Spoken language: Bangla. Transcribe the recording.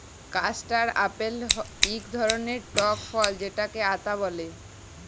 কাস্টাড় আপেল ইক ধরলের টক ফল যেটকে আতা ব্যলে